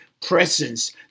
presence